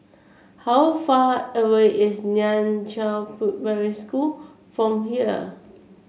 how far away is Nan Chiau Primary School from here